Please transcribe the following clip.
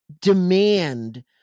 demand